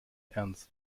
ernst